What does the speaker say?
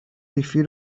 قیفی